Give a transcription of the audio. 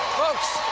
folks,